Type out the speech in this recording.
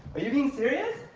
are you being serious?